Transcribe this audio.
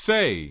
Say